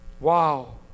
Wow